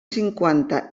cinquanta